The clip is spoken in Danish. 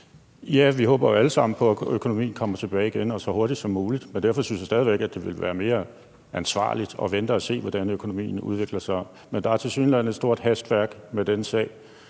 Ja, vi håber jo alle sammen på, at økonomien kommer tilbage igen og så hurtigt som muligt, men derfor synes jeg stadig væk, at det ville være mere ansvarligt at vente og se, hvordan økonomien udvikler sig. Men der er tilsyneladende et stort hastværk med den sag.